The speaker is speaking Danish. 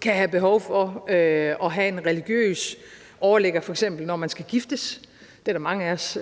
kan have behov for at have en religiøs overligger, f.eks. når man skal giftes. Det er der mange af os